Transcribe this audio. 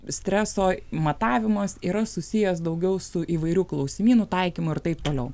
streso matavimas yra susijęs daugiau su įvairių klausimynų taikymu ir taip toliau